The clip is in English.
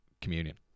communion